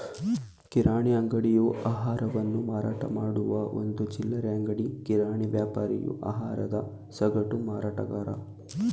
ಕಿರಾಣಿ ಅಂಗಡಿಯು ಆಹಾರವನ್ನು ಮಾರಾಟಮಾಡುವ ಒಂದು ಚಿಲ್ಲರೆ ಅಂಗಡಿ ಕಿರಾಣಿ ವ್ಯಾಪಾರಿಯು ಆಹಾರದ ಸಗಟು ಮಾರಾಟಗಾರ